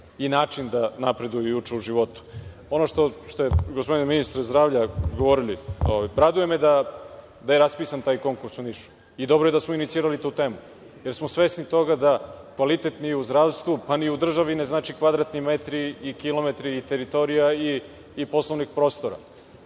i način da napreduju i uče u životu. Ono što ste, gospodine ministre zdravlja, govorili, raduje me da je raspisan taj konkurs u Nišu i dobro je da smo inicirali tu temu, jer smo svesni toga da kvalitet ni u zdravstvu, pa ni u državi, ne znače kvadratni metri, i kilometri, i teritorija, poslovnih prostora,